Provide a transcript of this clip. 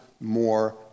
more